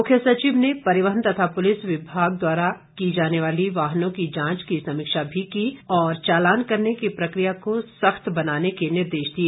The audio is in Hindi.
मुख्य सचिव ने परिवहन तथा पुलिस विभाग द्वारा की जाने वाली वाहनों की जांच की समीक्षा की तथा चालान करने की प्रक्रिया को सख्त बनाने के निर्देश दिए